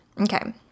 Okay